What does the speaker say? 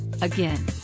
again